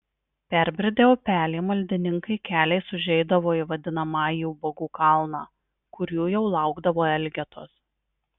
perbridę upelį maldininkai keliais užeidavo į vadinamąjį ubagų kalną kur jų jau laukdavo elgetos